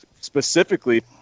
specifically